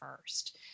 First